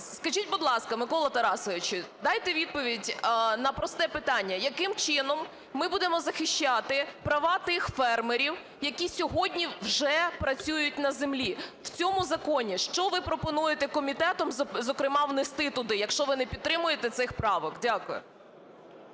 Скажіть, будь ласка, Миколо Тарасовичу, дайте відповідь на просте питання: яким чином ми будемо захищати права тих фермерів, які сьогодні вже працюють на землі? В цьому законі, що ви пропонуєте комітетом, зокрема, внести туди, якщо ви не підтримуєте цих правок? Дякую.